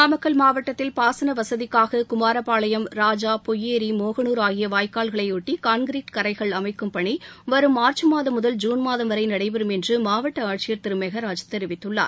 நாமக்கல் மாவட்டத்தில் பாசன வசதிக்காக குமாரப்பாளையம் ராஜா பொய்யேரி மோகனூர் ஆகிய வாய்க்கால்களையொட்டி கான்கிரீட் கரைகள் அமைக்கும் பணி வரும் மார்ச் மாதம் முதல் ஜூன் மாதம் வரை நடைபெறும் என்று மாவட்ட ஆட்சியர் திரு மெகராஜ் தெரிவித்துள்ளார்